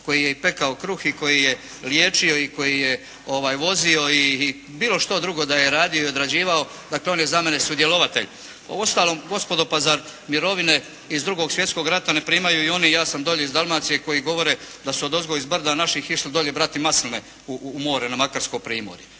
koji je i pekao kruh i koji je liječio i koji je vozio i bilo što drugo da je radio i odrađivao, dakle on je za mene sudjelovatelj. O ostalom gospodo, pa zar mirovine iz Drugog svjetskog rata ne primaju i oni, ja sam dolje iz Dalmacije, koji govore da su odozgo iz brda naših išli dolje brati masline u more, na Makarsko primorje.